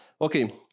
Okay